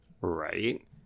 Right